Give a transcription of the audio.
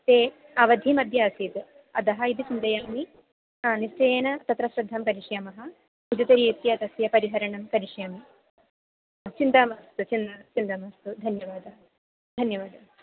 ते अवधिमध्ये आसीत् अतः इति चिन्तयामि निश्चयेन तत्र श्रद्धां करिष्यामः उद्युतरीत्या तस्य परिहरणं करिष्यामि चिन्ता मास्तु चिन् चिन्ता मास्तु धन्यवादः धन्यवादः